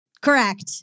Correct